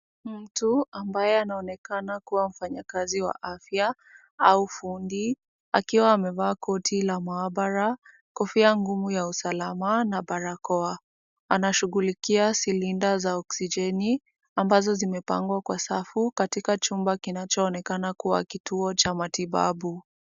Mtu ambaye anaonekana kuwa mfanyakazi wa afya au fundi akiwa amevaa koti la maabara, kofia ngumu ya usalama na barakoa. Anashughulikia silinda za oxijeni ambazo zimepangwa kawa safu, katika chumba ambacho kinaonekana kuwa kituo cha matibabu.